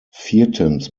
viertens